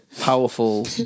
powerful